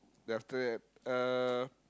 then after that uh